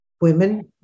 women